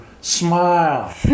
smile